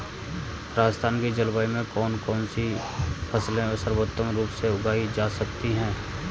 राजस्थान की जलवायु में कौन कौनसी फसलें सर्वोत्तम रूप से उगाई जा सकती हैं?